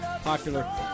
popular